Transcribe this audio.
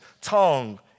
tongue